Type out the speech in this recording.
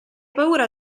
paura